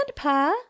grandpa